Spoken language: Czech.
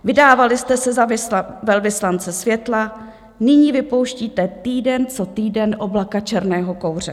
Vydávali jste se za velvyslance světla, nyní vypouštíte týden co týden oblaka černého kouře.